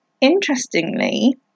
Interestingly